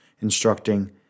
instructing